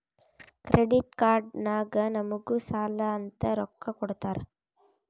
credit card ನಾಗ್ ನಮುಗ್ ಸಾಲ ಅಂತ್ ರೊಕ್ಕಾ ಕೊಡ್ತಾರ್